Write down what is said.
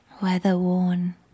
weather-worn